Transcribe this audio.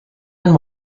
and